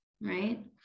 right